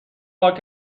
پاک